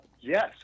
Yes